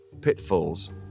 pitfalls